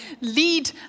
lead